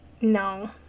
No